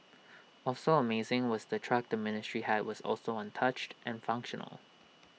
also amazing was the truck the ministry had was also untouched and functional